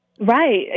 Right